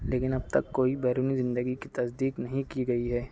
لیکن اب تک کوئی بیرونی زندگی کی تصدیق نہیں کی گئی ہے